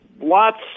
lots